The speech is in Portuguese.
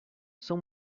são